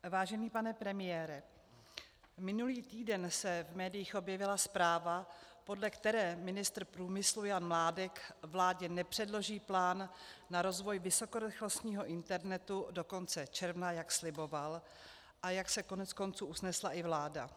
Vážený pane premiére, minulý týden se v médiích objevila zpráva, podle které ministr průmyslu Jan Mládek vládě nepředloží plán na rozvoj vysokorychlostního internetu do konce června, jak sliboval a jak se koneckonců usnesla i vláda.